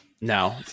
No